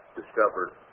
discovered